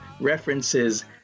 references